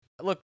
look